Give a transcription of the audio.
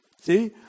See